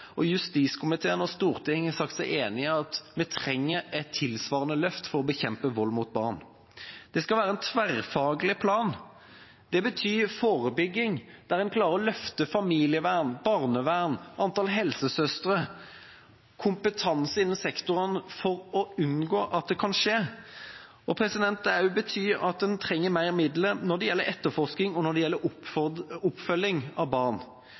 og justiskomiteen og Stortinget har sagt seg enig i at vi trenger et tilsvarende løft for å bekjempe vold mot barn. Det skal være en tverrfaglig plan. Det betyr forebygging der en klarer å løfte familievern, barnevern, antall helsesøstre og kompetanse innenfor sektoren for å unngå at det skjer. Det betyr også at en trenger mer midler når det gjelder etterforskning og oppfølging av barn.